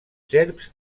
serps